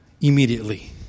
immediately